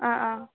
ꯑꯥ ꯑꯥ